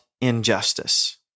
injustice